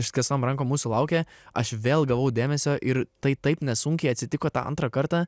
išskėstom rankom mūsų laukė aš vėl gavau dėmesio ir tai taip nesunkiai atsitiko tą antrą kartą